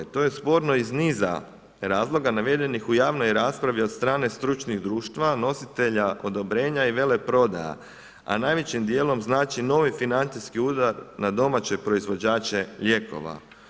To je sporno iz niza razloga navedenih u javnoj raspravi od strane stručnih društva, nositelja odobrenja i veleprodaja a najvećim djelom znači novi financijski udar na domaće proizvođače lijekova.